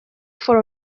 for